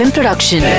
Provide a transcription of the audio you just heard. Production